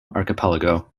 archipelago